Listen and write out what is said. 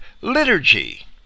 liturgy